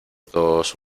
todos